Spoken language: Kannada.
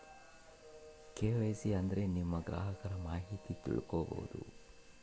ಕೆ.ವೈ.ಸಿ ಅಂದ್ರೆ ನಿಮ್ಮ ಗ್ರಾಹಕರ ಮಾಹಿತಿ ತಿಳ್ಕೊಮ್ಬೋದು